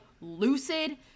lucid